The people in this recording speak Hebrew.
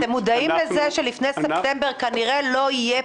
אתם מודעים לכך שלפני ספטמבר כנראה לא יהיה